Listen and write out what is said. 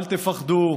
אל תפחדו,